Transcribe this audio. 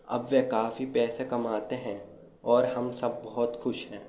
اب وہ کافی پیسے کماتے ہیں اور ہم سب بہت خوش ہیں